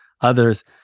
others